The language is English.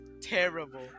terrible